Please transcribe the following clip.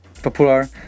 popular